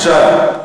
עכשיו,